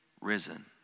risen